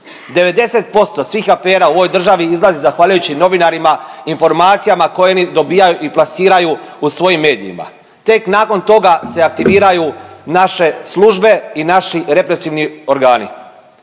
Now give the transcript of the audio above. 90% svih afera u ovoj državi izlazi zahvaljujući novinarima informacijama koje dobijaju i plasiraju u svojim medijima. Tek nakon toga se aktiviraju naše službe i naši represivni organi